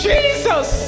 Jesus